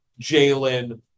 Jalen